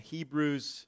Hebrews